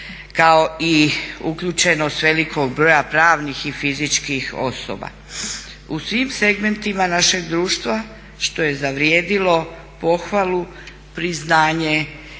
kao i uključenost velikog broja pravnih i fizičkih osoba u svim segmentima našeg društva što je zavrijedilo pohvalu, priznanje